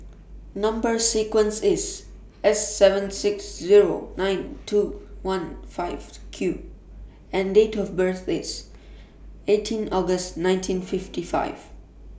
Number sequence IS S seven six Zero nine two one five Q and Date of birth IS eighteen August nineteen fifty five